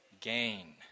gain